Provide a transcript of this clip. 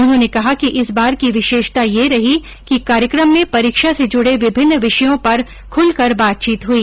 उन्होंने कहा कि इस बार की विशेषता यह रही की कार्यक्रम में परीक्षा से जुड़े विभिन्न विषयों पर खुलकर बातचीत हुई